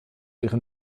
ihren